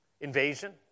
invasion